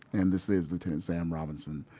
and this is lieutenant sam robinson,